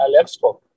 Alexco